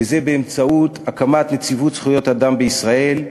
וזה באמצעות הקמת נציבות זכויות אדם בישראל.